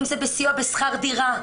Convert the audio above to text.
אם זה בסיוע בשכר דירה,